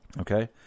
Okay